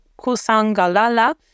Kusangalala